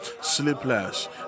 sleepless